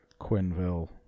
Quinville